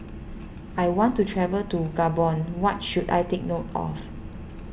I want to travel to Gabon what should I take note of